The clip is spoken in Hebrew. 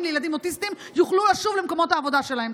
לילדים אוטיסטים יוכלו לשוב למקומות העבודה שלהם.